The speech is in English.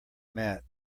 mat